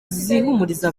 zihumuriza